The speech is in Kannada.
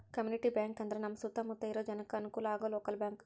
ಕಮ್ಯುನಿಟಿ ಬ್ಯಾಂಕ್ ಅಂದ್ರ ನಮ್ ಸುತ್ತ ಮುತ್ತ ಇರೋ ಜನಕ್ಕೆ ಅನುಕಲ ಆಗೋ ಲೋಕಲ್ ಬ್ಯಾಂಕ್